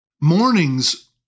Mornings